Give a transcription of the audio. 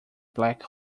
black